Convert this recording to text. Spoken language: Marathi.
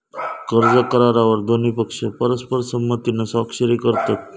कर्ज करारावर दोन्ही पक्ष परस्पर संमतीन स्वाक्षरी करतत